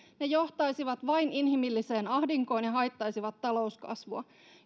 ja johtaisivat vain inhimilliseen ahdinkoon ja haittaisivat talouskasvua